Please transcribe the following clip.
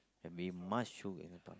we must show with that top